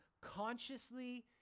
consciously